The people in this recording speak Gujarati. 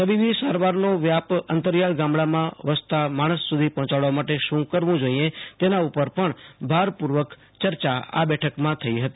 તબીબી સારવારનો વ્યાપ અંતરિયાળ ગામડામાં વસતા માણસ સુધી પહોંચાડવા માટે શું કરવું જોઈએ તેના ઉપર પણ ભારપૂર્વક ચર્ચા આ બેઠક માં થઈ હતી